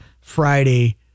Friday